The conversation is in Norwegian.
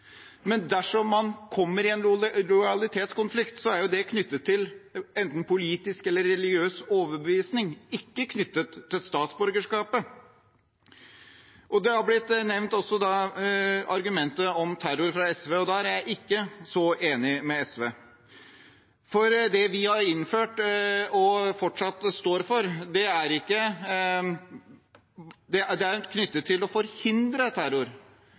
men dersom man kommer i en lojalitetskonflikt, er jo det knyttet til enten politisk eller religiøs overbevisning, ikke til statsborgerskapet. Fra SV har også argumentet om terror blitt nevnt, og der er jeg ikke så enig med SV. For det vi har innført, og fortsatt står for, er knyttet til å forhindre terror.